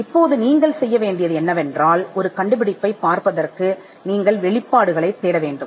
இப்போது நீங்கள் என்ன செய்வது ஒரு கண்டுபிடிப்பைக் கண்டுபிடிப்பது நீங்கள் வெளிப்பாடுகளைத் தேட வேண்டும்